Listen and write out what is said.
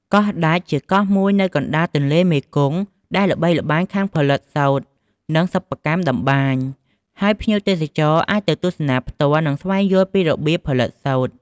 កោះដាច់ ជាកោះមួយនៅកណ្តាលទន្លេមេគង្គ ដែលល្បីល្បាញខាងផលិតផលសូត្រ និងសិប្បកម្មតម្បាញ ហើយភ្ញៀវទេសចរអាចទៅទស្សនាផ្ទាល់ និងស្វែងយល់ពីរបៀបផលិតសូត្រ។